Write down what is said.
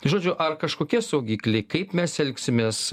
žodžiu ar kažkokie saugikliai kaip mes elgsimės